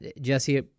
Jesse